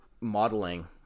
modeling